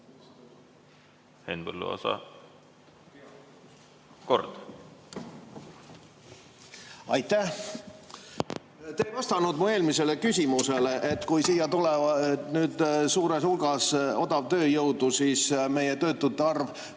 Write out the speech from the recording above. Henn Põlluaasa kord. Aitäh! Te ei vastanud mu eelmisele küsimusele, et kui siia tuleb nüüd suurel hulgal odavat tööjõudu ja meie töötute arv